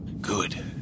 Good